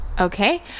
Okay